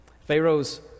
Pharaoh's